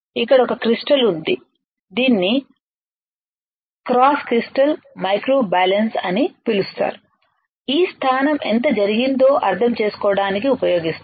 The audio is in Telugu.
ఇక్కడ ఒక క్రిస్టల్ ఉంది దీనిని క్వార్ట్జ్ క్రిస్టల్ మైక్రోబ్యాలెన్స్ అని పిలుస్తారు ఈ స్థానం ఎంత జరిగిందో అర్థం చేసుకోవడానికి ఉపయోగిస్తారు